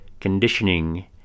Conditioning